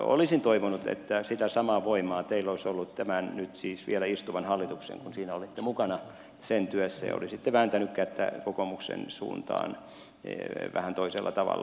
olisin toivonut että sitä samaa voimaa teillä olisi ollut tämän siis nyt vielä istuvan hallituksen kun siinä olitte mukana työssä ja olisitte vääntäneet kättä kokoomuksen suuntaan vähän toisella tavalla